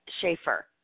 Schaefer